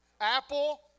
Apple